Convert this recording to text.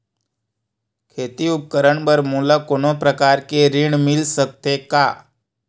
खेती उपकरण बर मोला कोनो प्रकार के ऋण मिल सकथे का?